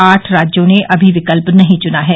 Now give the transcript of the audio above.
आठ राज्यों ने अभी विकल्प नहीं चुना है